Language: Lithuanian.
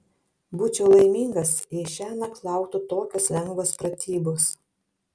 būčiau laimingas jei šiąnakt lauktų tokios lengvos pratybos